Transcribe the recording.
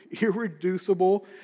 irreducible